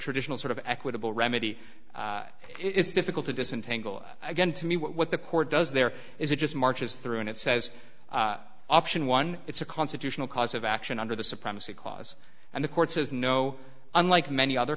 raditional sort of equitable remedy it's difficult to disentangle going to me what the court does there is it just marches through and it says option one it's a constitutional cause of action under the supremacy clause and the court says no unlike many other